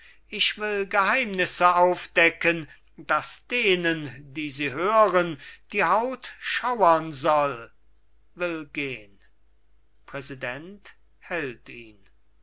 ich will geheimnisse aufdecken daß denen die sie hören die haut schauern soll will gehen präsident